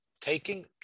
taking